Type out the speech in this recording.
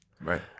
Right